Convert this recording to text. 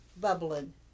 bubbling